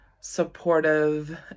supportive